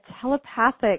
telepathic